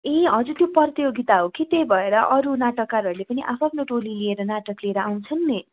ए हजुर त्यो प्रतियोगिता हो त्यही भएर अरू नाटककारहरूले पनि आ आफ्नो टोली लिएर नाटक लिएर आउँछन् नि